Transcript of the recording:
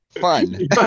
fun